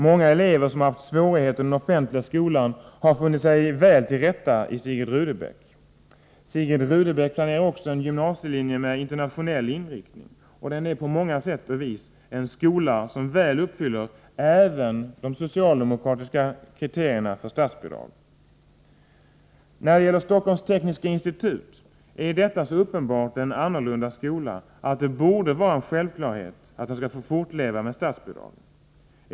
Många elever som haft svårigheter i den offentliga skolan har funnit sig väl till rätta i Sigrid Rudebecks gymnasium. Där planerar man också en gymnasielinje med internationell inriktning. Skolan är på många sätt en skola som väl uppfyller även de socialdemokratiska kriterierna för statsbidrag. När det gäller Stockholms Tekniska institut är detta så uppenbart en annorlunda skola att det borde vara en självklarhet att institutet skall få fortleva med statsbidrag.